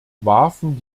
warfen